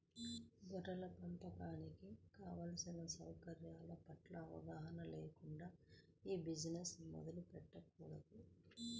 గొర్రెల పెంపకానికి కావలసిన సౌకర్యాల పట్ల అవగాహన లేకుండా ఈ బిజినెస్ మొదలు పెట్టకూడదు